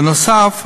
בנוסף,